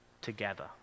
together